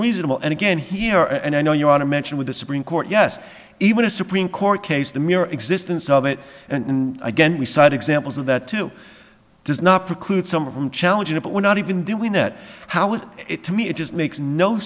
reasonable and again here and i know you want to mention with the supreme court yes even a supreme court case the mere existence of it and again we cite examples of that too does not preclude someone from challenging it but we're not even doing that how is it to me it just makes no